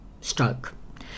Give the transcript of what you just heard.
stroke